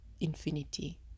infinity